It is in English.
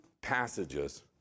passages